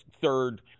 third